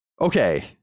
Okay